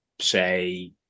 say